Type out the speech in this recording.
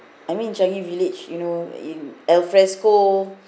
I mean changi village you know in alfresco